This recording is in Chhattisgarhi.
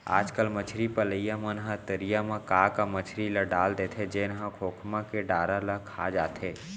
आजकल मछरी पलइया मन ह तरिया म का का मछरी ल डाल देथे जेन ह खोखमा के डारा ल खा जाथे